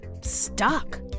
stuck